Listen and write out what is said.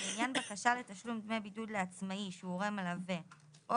ולעניין בקשה לתשלום דמי בידוד לעצמאי שהוא הורה מלווה או